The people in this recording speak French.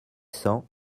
cents